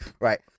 right